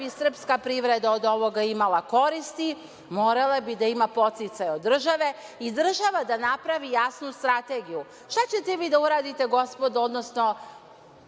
bi srpska privreda od ovoga imala koristi, morala bi da ima podsticaje od države i država da napravi jasnu strategiju. Šta ćete vi da uradite, gospodo, odnosno